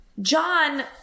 John